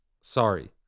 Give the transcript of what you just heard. Sorry